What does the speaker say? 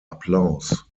applaus